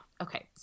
Okay